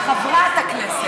חברת הכנסת.